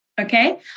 Okay